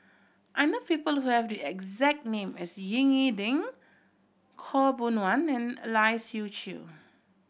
I know people who have the exact name as Ying E Ding Khaw Boon Wan and a Lai Siu Chiu